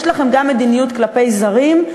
יש לכם גם מדיניות כלפי זרים,